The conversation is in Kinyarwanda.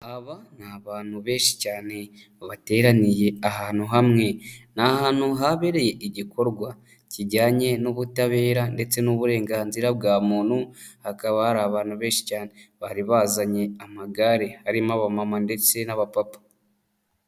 Aba ni abantu benshi cyane bateraniye ahantu hamwe. Ni ahantu habereye igikorwa kijyanye n'ubutabera ndetse n'uburenganzira bwa muntu hakaba hari abantu benshi cyane bari bazanye amagare harimo abamama ndetse n'abapapa.